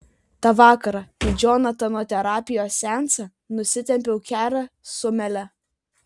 tą vakarą į džonatano terapijos seansą nusitempiau kerą su mele